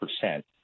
percent